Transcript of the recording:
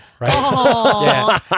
Right